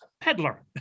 peddler